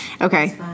Okay